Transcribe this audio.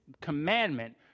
commandment